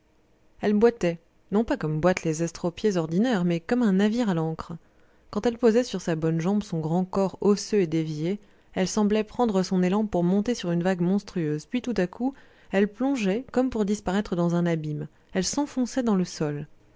elle boitait non pas comme boitent les estropiés ordinaires mais comme un navire à l'ancre quand elle posait sur sa bonne jambe son grand corps osseux et dévié elle semblait prendre son élan pour monter sur une vague monstrueuse puis tout à coup elle plongeait comme pour disparaître dans un abîme elle s'enfonçait dans le sol